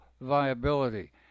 viability